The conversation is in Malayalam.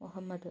മുഹമ്മദ്